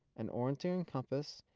an orienteering compass,